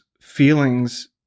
feelings